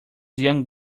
young